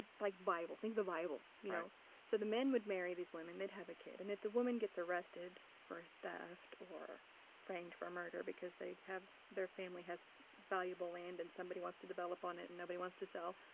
the like bible, think the bible. you know so, the men would marry these women, they'd have a kid. and if the woman gets arrested for theft, or framed for murder because they have their family has valuable land and somebody wants to develop on it and nobody wants to sell,